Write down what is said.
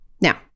Now